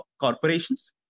corporations